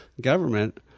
government